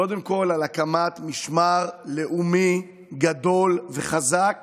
קודם כול על הקמת משמר לאומי גדול וחזק